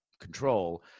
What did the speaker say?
control